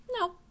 No